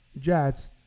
Jets